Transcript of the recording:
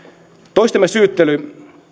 toistemme syyttely